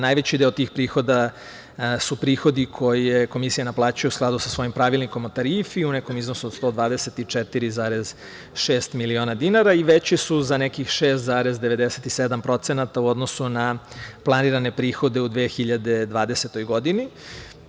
Najveći deo tih prihoda su prihodi koje Komisija naplaćuje u skladu sa svojim Pravilnikom o tarifi, u nekom iznosu od 124,6 miliona dinara i veći su za nekih 6,97% u odnosu na planirane prihode u 2020. godini.